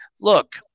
Look